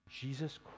jesus